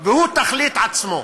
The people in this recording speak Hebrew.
והוא תכלית עצמו.